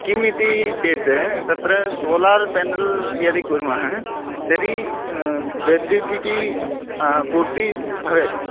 किम् इति चेत् तत्र सोलार् पेनल् यदि कुर्मः तर्हि ब्रद्दिटिकी पूर्तिः भवेत्